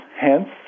Hence